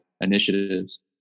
initiatives